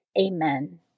Amen